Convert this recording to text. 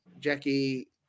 Jackie